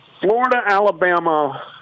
Florida-Alabama